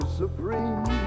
supreme